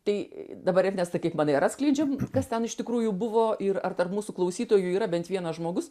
tai dabar ernestai kaip manai ar atskleidžiam kas ten iš tikrųjų buvo ir ar tarp mūsų klausytojų yra bent vienas žmogus